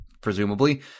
presumably